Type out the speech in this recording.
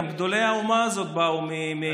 גם גדולי האומה הזאת באו מהאימפריה הרוסית.